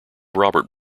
robert